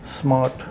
smart